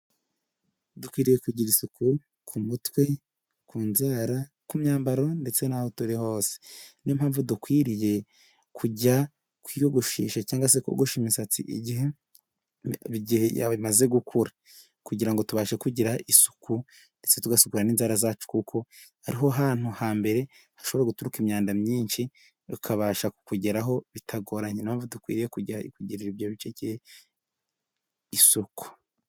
Dukwiriye kugira isuku ku mutwe, ku inzara n'imyambaro ndetse n'aho turi hose, niyo mpamvu dukwiriye kujya kwiyogoshesha cyangwa se kugosha imisatsi igihe yaba imaze gukura, kugira ngo tubashe kugira isuku ndetse tugasukura n'inzara zacu kuko ariho hantu hambere hashobora guturuka imyanda myinshi ikabasha kukugeraho bitagoranye, niyo mpamvu dukwiriye kujya tugirira ibyo bice isuku.